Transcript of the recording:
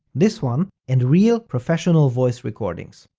this one and real, professional voice recordings.